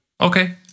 Okay